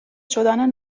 شدن